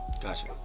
Gotcha